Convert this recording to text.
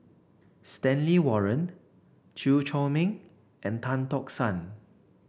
Stanley Warren Chew Chor Meng and Tan Tock San